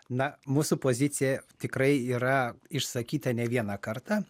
na mūsų pozicija tikrai yra išsakyta ne vieną kartą